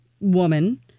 woman